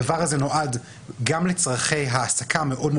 הדבר הזה נועד גם לצרכי העסקה מאוד מאוד